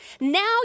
Now